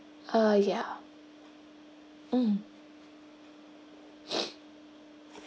uh yeah um